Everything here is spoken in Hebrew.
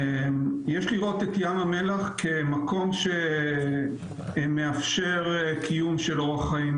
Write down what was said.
יש לראות את ים המלח כמקום שמאפשר קיום של אורח חיים